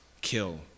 kill